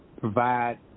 provide